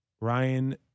Ryan